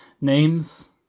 Names